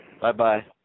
Bye-bye